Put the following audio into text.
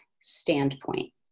standpoint